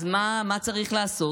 אז מה צריך לעשות?